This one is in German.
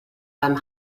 beim